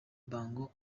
bongo